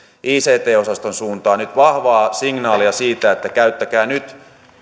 ict osaston suuntaan vahvaa signaalia siitä että käyttäkää nyt